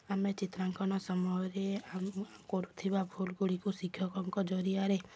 ଆମେ ଚିତ୍ରାଙ୍କନ ସମୟରେ ଆମ କରୁଥିବା ଭୁଲ ଗୁଡ଼ିକୁ ଶିକ୍ଷକଙ୍କ ଜରିଆରେ